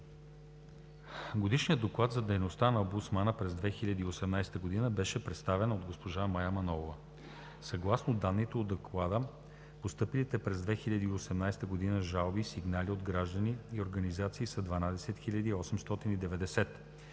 Годишният доклад за дейността на омбудсмана през 2018 г. беше представен от госпожа Мая Манолова. Съгласно данните от Доклада, постъпилите през 2018 г. жалби и сигнали от граждани и организации са 12 890,